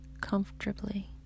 comfortably